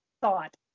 thought